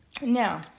Now